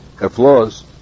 applause